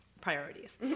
Priorities